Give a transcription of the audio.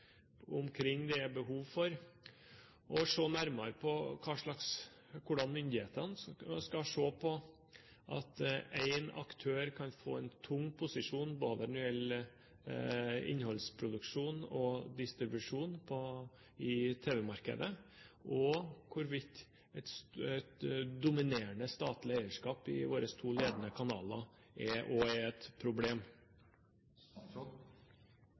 omkring behovet for å se nærmere på hvordan myndighetene skal se på at én aktør kan få en tung posisjon når det gjelder både innholdsproduksjon og distribusjon i tv-markedet, og hvorvidt et dominerende statlig eierskap i våre to ledende kanaler også er et